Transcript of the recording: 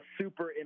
super